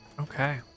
okay